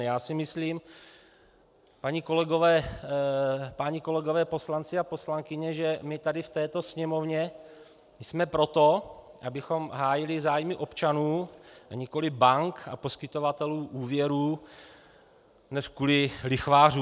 Já si myslím, páni kolegové poslanci a poslankyně, že my tady v této Sněmovně jsme proto, abychom hájili zájmy občanů, a nikoliv bank a poskytovatelů úvěrů, neřkuli dokonce lichvářů.